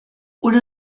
una